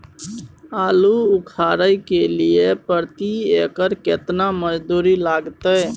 आलू उखारय के लिये प्रति एकर केतना मजदूरी लागते?